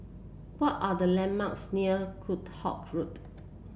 what are the landmarks near Kheam Hock Road